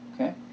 Okay